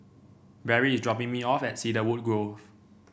Barrie is dropping me off at Cedarwood Grove